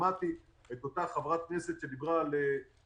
שמעתי את חברת הכנסת מיכל שיר שדיברה על נהרייה,